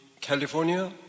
California